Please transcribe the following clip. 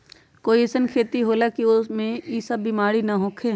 कोई अईसन खेती होला की वो में ई सब बीमारी न होखे?